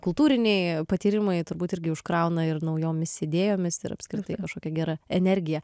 kultūriniai patyrimai turbūt irgi užkrauna ir naujomis idėjomis ir apskritai kažkokia gera energija